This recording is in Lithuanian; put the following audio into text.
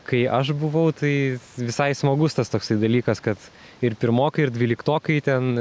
kai aš buvau tai visai smagus tas toksai dalykas kad ir pirmokai ir dvyliktokai ten